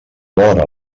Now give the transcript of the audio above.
vora